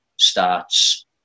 starts